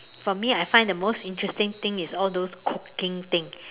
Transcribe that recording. for me I find the most interesting thing is all those cooking things